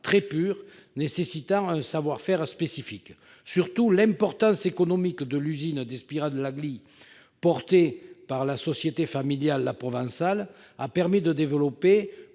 très pur, nécessite notamment un savoir-faire spécifique. Surtout, l'importance économique de l'usine d'Espira-de-l'Agly, portée par la société familiale La Provençale, a permis de développer